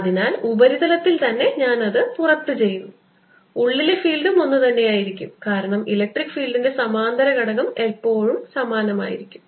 അതിനാൽ ഉപരിതലത്തിൽ തന്നെ ഞാൻ അത് പുറത്ത് ചെയ്യുന്നു ഉള്ളിലെ ഫീൽഡും ഒന്നുതന്നെയായിരിക്കും കാരണം ഇലക്ട്രിക് ഫീൽഡിൻറെ സമാന്തര ഘടകം എല്ലായ്പ്പോഴും സമാനമായിരിക്കും